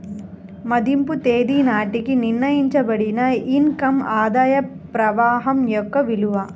మదింపు తేదీ నాటికి నిర్ణయించబడిన ఇన్ కమ్ ఆదాయ ప్రవాహం యొక్క విలువ